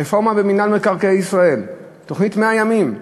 הרפורמה במינהל מקרקעי ישראל, תוכנית 100 הימים.